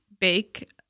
bake